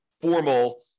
formal